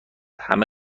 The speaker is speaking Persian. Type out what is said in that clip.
همه